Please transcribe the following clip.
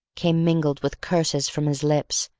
came mingled with curses from his lips,